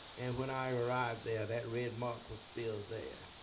and when i arrived there, that red mark was still there.